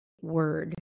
word